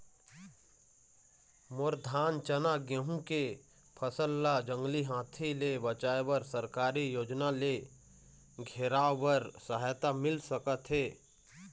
मोर धान चना गेहूं के फसल ला जंगली हाथी ले बचाए बर सरकारी योजना ले घेराओ बर सहायता मिल सका थे?